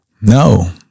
no